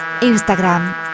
Instagram